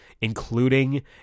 including